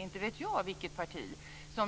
Inte vet jag vilket parti